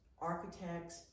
architects